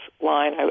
line